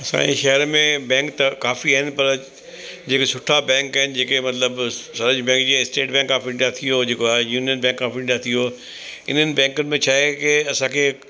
असांजे शहर में बैंक त काफ़ी आहिनि पर जेके सुठा बैंक आहिनि जेके मतिलबु सहज बैंक जीअं आहिनि स्टेट बैंक ऑफ इंडिया थी वियो जेको आहे यूनियन बैंक ऑफ इंडिया थी वियो इन्हनि बैंकिनि में छा आहे की असांखे